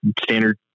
standard